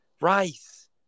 Rice